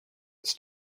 its